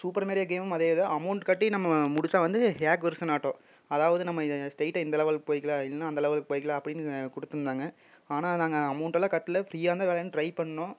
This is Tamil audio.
சூப்பர் மேரியோ கேமும் அதேதான் அமௌண்ட் கட்டி நம்ம முடித்தா வந்து ஹேக் வெர்ஷனாட்டம் அதாவது நம்ம இதை ஸ்டெயிட்டா இந்த லெவலுக்கு போயிக்கலாம் இல்லைன்னா அந்த லெவலுக்கு போயிக்கலாம் அப்படின்னு கொடுத்துருந்தாங்க ஆனால் நாங்கள் அமௌண்ட்டெல்லாம் கட்டல ஃப்ரீயாக தான் விளையாண்டு ட்ரை பண்ணிணோம்